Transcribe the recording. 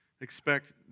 Expect